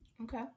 Okay